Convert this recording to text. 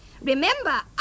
remember